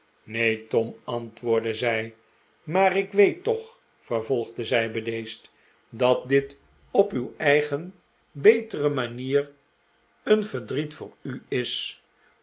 neen tom antwoordde zij maar ik weet toch vervolgde zij bedeesd dat dit op uw eigen betere manier een verdriet voor u is